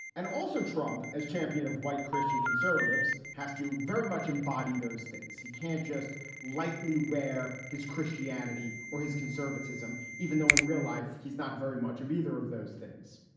and also, trump, as champion of white christian conservatives, has to very much embody those things. he can't just lightly wear his christianity or his conservatism, even though in real life he's not very much of either of those things.